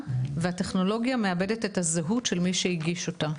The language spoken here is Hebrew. והטכנולוגיה מעבדת את הזהות של מי שהגיש אותה,